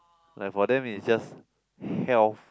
like for them is just health